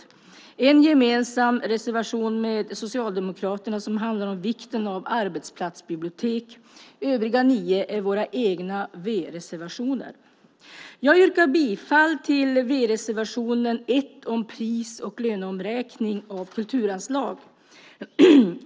Vi har en gemensam reservation med Socialdemokraterna som handlar om vikten av arbetsplatsbibliotek. Övriga nio är våra egna v-reservationer. Jag yrkar bifall till v-reservationen 1 om pris och löneomräkning av kulturanslag.